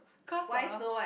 cause uh